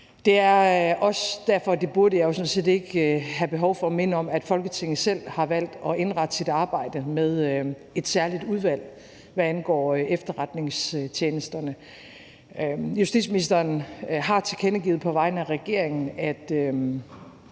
jeg jo sådan set ikke have behov for at minde om – Folketinget selv har valgt at indrette sit arbejde med et særligt udvalg, hvad angår efterretningstjenesterne. Justitsministeren har tilkendegivet på vegne af regeringen, at